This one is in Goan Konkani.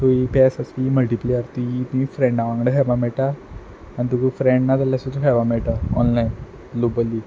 सो ही पॅस आसा ती मल्टिप्लेयर ही फ्रेंडा वांगडा खेळपा मेयटा आनी तुगे फ्रेंड नाजाल्यार सुद्दां खेळपा मेयटा ऑनलायन ग्लोबली